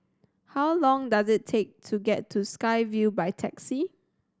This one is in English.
how long does it take to get to Sky Vue by taxi